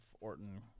Orton